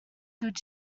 good